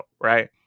right